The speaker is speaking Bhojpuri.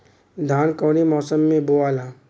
धान कौने मौसम मे बोआला?